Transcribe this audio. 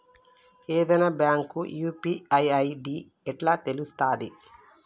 ఏదైనా bank UPI ID ఎట్లా తెలుత్తది?